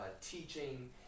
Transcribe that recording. teaching